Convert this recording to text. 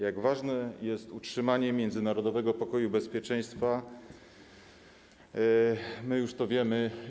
Jak ważne jest utrzymanie międzynarodowego pokoju i bezpieczeństwa, to już wiemy.